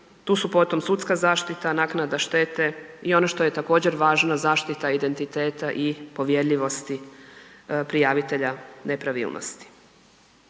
tu su potom sudska zaštita, naknada štete i ono što je također važno zaštita identiteta i povjerljivosti prijavitelja nepravilnosti.